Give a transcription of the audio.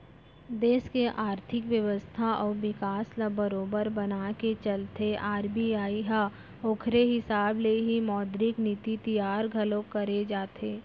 देस के आरथिक बेवस्था अउ बिकास ल बरोबर बनाके चलथे आर.बी.आई ह ओखरे हिसाब ले ही मौद्रिक नीति तियार घलोक करे जाथे